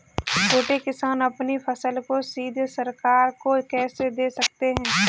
छोटे किसान अपनी फसल को सीधे सरकार को कैसे दे सकते हैं?